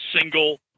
single